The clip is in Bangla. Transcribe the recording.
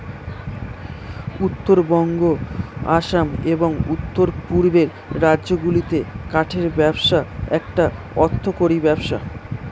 উত্তরবঙ্গ, আসাম, এবং উওর পূর্বের রাজ্যগুলিতে কাঠের ব্যবসা একটা অর্থকরী ব্যবসা